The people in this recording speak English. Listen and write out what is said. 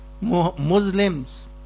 Muslims